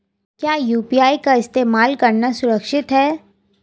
क्या यू.पी.आई का इस्तेमाल करना सुरक्षित है?